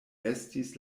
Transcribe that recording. estis